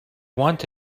want